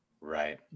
Right